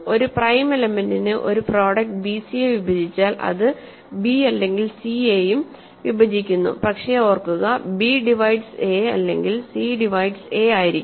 ഒരു പ്രൈം എലമെന്റിന് ഒരു പ്രൊഡക്ട് ബിസി യെ വിഭജിച്ചാൽ അത് ബി അല്ലെങ്കിൽ സി യെയും വിഭജിക്കുന്നു പക്ഷേ ഓർക്കുക ബി ഡിവൈഡ്സ് എ അല്ലെങ്കിൽ സി ഡിവൈഡ്സ് എ ആയിരിക്കും